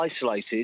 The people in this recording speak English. Isolated